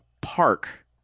park